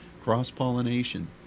cross-pollination